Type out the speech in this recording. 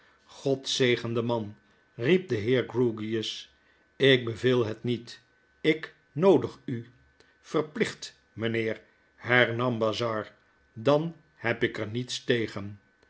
god zegen den man riep de heer grewgious ik beveel het niet ik noodig u verplicht mynheer hernam bazzard dan heb ik er niets tegen